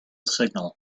signal